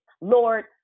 Lord